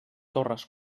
torres